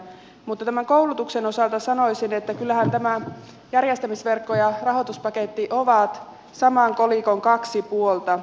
mutta tämän koulutuksen osalta sanoisin että kyllähän tämä järjestämisverkko ja rahoituspaketti ovat saman kolikon kaksi puolta